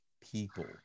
people